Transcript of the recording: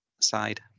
side